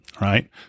right